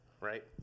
right